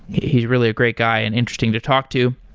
he's really a great guy and interesting to talk to.